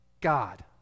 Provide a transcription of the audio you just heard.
God